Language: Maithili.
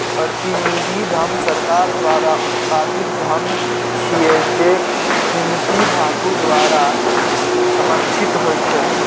प्रतिनिधि धन सरकार द्वारा उत्पादित धन छियै, जे कीमती धातु द्वारा समर्थित होइ छै